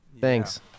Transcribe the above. Thanks